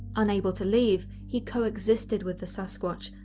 unable to leave, he co-existed with the sasquatch,